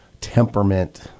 temperament